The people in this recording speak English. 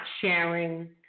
sharing